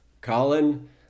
Colin